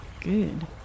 Good